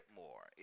more